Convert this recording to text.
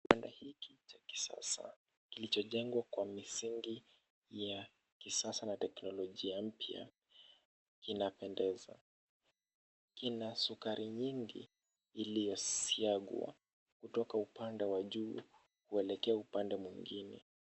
Kibanda hiki cha kisasa kilichojengwa kwa misingi ya kisasa na teknolojia mpya kinapendeza. Kina sukari nyingi iliyosiagwa kutoka upande wa juu kuelekea upande mwingine.